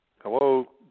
Hello